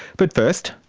but first,